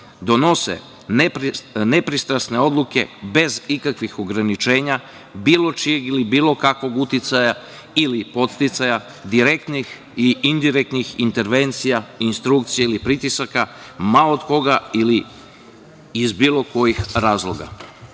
donose nepristrasne odluke, bez ikakvih ograničenja, bilo čijeg ili bilo kakvog uticaja ili podsticaja direktnih ili indirektnih intervencija, instrukcija ili pritisaka ma od koga ili iz bilo kojih razloga. To